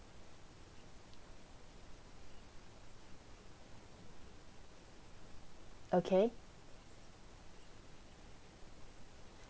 okay